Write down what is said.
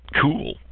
cool